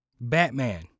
Batman